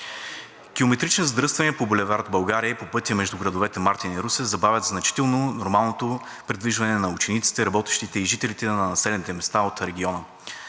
Километрични задръствания по булевард „България“ и по пътя между градовете Мартен и Русе забавят значително нормалното придвижване на учениците, работещите и жителите на населените места от региона.